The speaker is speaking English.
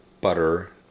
butter